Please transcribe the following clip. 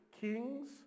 Kings